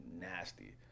nasty